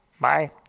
bye